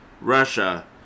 russia